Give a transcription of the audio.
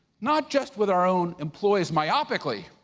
not just with our own employees myopically,